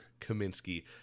kaminsky